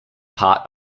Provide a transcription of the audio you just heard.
part